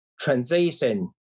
transition